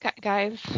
guys